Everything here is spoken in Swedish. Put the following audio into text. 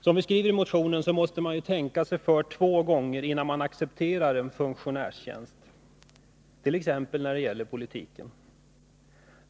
Som vi skriver i motionen måste man tänka sig för två gånger innan man accepterar en funktionärstjänst t.ex. inom politiken.